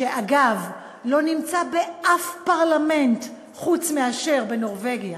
שאגב, לא נמצא באף פרלמנט חוץ מאשר בנורבגיה,